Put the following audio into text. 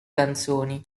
canzoni